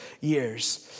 years